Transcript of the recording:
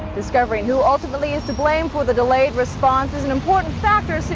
discovering who ultimately is to blame for the delayed response is an important factor,